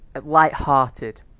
light-hearted